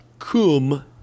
...cum